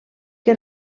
que